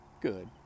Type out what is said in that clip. good